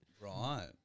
Right